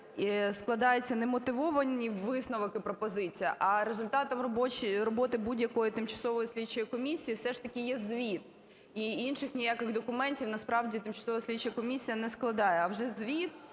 складається не мотивовані висновок і пропозиція, а результатом роботи будь-якої тимчасової слідчої комісії все ж таки є звіт. І інших ніяких документів насправді тимчасова слідча комісія не складає. А вже звіт